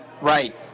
right